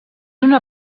una